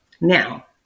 Now